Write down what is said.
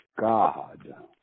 God